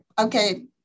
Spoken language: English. okay